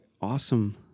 awesome